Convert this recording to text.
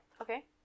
Okay